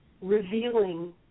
revealing